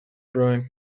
brewing